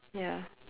ya